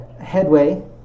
headway